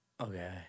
Okay